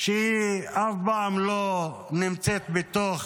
שהיא אף פעם לא נמצאת בתוך